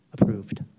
approved